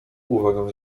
uwagę